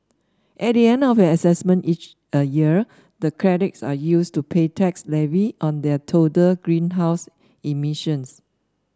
at the end of an assessment each a year the credits are used to pay tax levied on their total greenhouse emissions